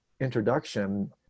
introduction